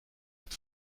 het